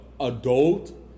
Adult